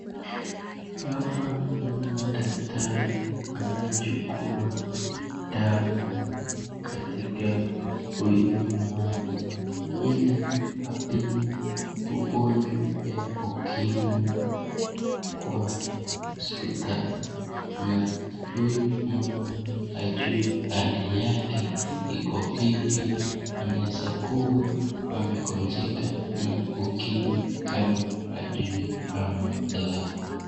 Hapa naona daktari anayechukua damu katika huyu mama ili apime ugonjwa ya ukimwi kwa hospitali na huyu mama hajui hali yake iko vipi. Anaezakuwa amegonjeka na ukimwi kama hajui ama la.